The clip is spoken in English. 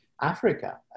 Africa